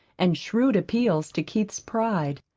and shrewd appeals to keith's pride.